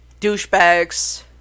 douchebags